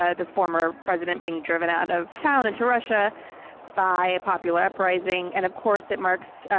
ah the former president, being driven out of town and to russia by a popular uprising. and of course it marks,